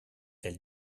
elle